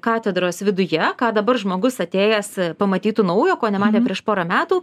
katedros viduje ką dabar žmogus atėjęs pamatytų naujo ko nematė prieš porą metų